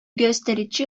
gösterici